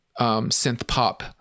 synth-pop